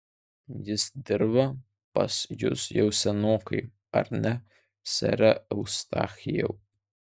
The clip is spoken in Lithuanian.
jis dirba pas jus jau senokai ar ne sere eustachijau